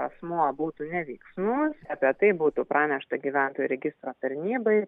asmuo būtų neveiksnus apie tai būtų pranešta gyventojų registro tarnybai